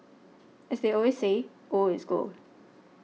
as they always say old is gold